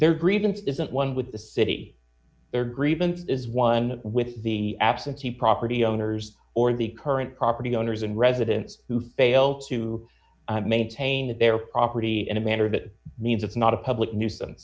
their grievance isn't one with the city their grievance is one with the absentee property owners or the current property owners and residents who fail to maintain that their property in a manner that means it's not a public nuisance